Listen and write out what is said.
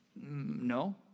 no